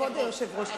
כבוד היושב-ראש.